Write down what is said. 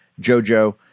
Jojo